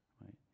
right